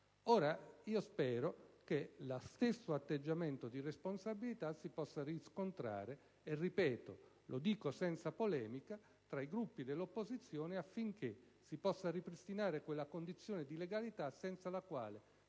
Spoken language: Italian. Io spero che lo stesso atteggiamento di responsabilità si possa riscontrare - lo dico senza polemica - tra i Gruppi dell'opposizione affinché si possa ripristinare quella condizione di legalità senza la quale,